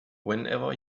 whenever